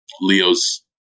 Leo's